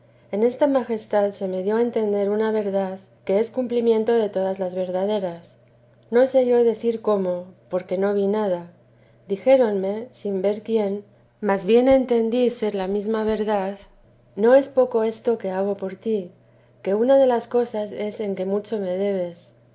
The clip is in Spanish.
en esta majestad se me dio a entender una verdad que es cumplimiento de todas las verdades no sé yo decir cómo porque no vi nada dijéronme sin ver quién mas bien entendí ser la mesma verdad no es poco esto que hago por ti que una de las cosas es en que me debes